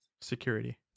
Security